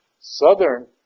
southern